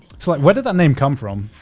so like, where did that name come from?